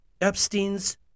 Epstein's